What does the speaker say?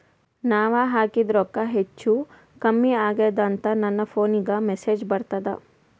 ನಾವ ಹಾಕಿದ ರೊಕ್ಕ ಹೆಚ್ಚು, ಕಮ್ಮಿ ಆಗೆದ ಅಂತ ನನ ಫೋನಿಗ ಮೆಸೇಜ್ ಬರ್ತದ?